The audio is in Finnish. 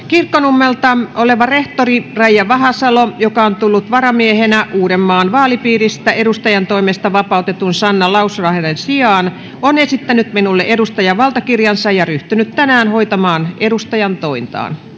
kirkkonummelta oleva rehtori raija vahasalo joka on tullut varamiehenä uudenmaan vaalipiiristä edustajantoimesta vapautetun sanna lauslahden sijaan on esittänyt minulle edustajavaltakirjansa ja ryhtynyt tänään hoitamaan edustajantointaan